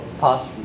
past